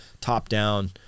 top-down